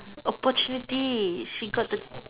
opportunities she got the